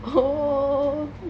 oh